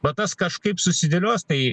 va tas kažkaip susidėlios tai